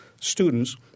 students